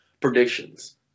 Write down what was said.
predictions